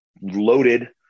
loaded